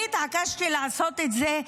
אני התעקשתי לעשות את זה,